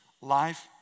life